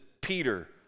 peter